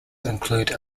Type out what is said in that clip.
include